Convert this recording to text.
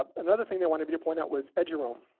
um another thing they wanted me to point out was eduroam.